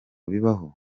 bibaho